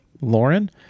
lauren